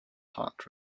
heart